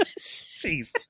Jeez